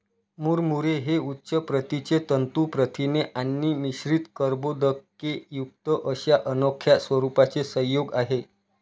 मुरमुरे हे उच्च प्रतीचे तंतू प्रथिने आणि मिश्रित कर्बोदकेयुक्त अशा अनोख्या स्वरूपाचे संयोग आहे